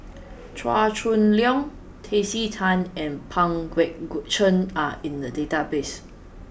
Chua Chong Long Tracey Tan and Pang Guek Cheng are in the database